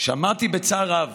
שמעתי בצער רב